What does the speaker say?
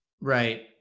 Right